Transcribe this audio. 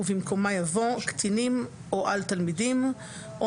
ובמקומה יבוא "קטינים או על תלמידים או